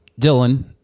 Dylan